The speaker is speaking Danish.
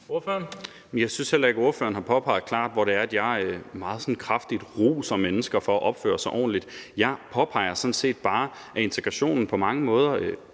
jeg synes heller ikke, ordføreren har påpeget klart, hvor det er, at jeg sådan meget kraftigt roser mennesker for at opføre sig ordentligt. Jeg påpeger sådan set bare, at integrationen på mange måder